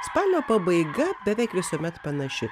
spalio pabaiga beveik visuomet panaši